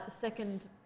Second